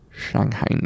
shanghai